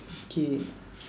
okay